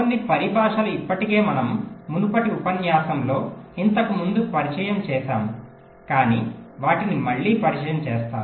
కొన్ని పరిభాషలు ఇప్పటికే మనము మునుపటి ఉపన్యాసంలో ఇంతకుముందు పరిచయం చేసాము కాని వాటిని మళ్ళీ పరిచయం చేస్తాను